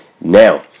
Now